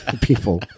people